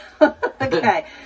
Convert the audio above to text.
Okay